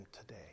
today